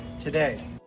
today